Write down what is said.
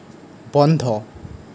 বন্ধ